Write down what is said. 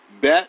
bet